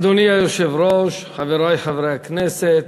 אדוני היושב-ראש, חברי חברי הכנסת,